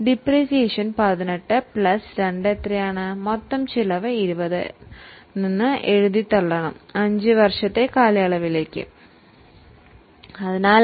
18000 plus 2000 എത്രയാണ് അങ്ങനെ മൊത്ത ചെലവ് 20000 ഈ തുക 5 വർഷത്തെ കാലയളവിലേക്കു വീതിക്കേണ്ടതാണ്